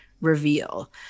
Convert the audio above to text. reveal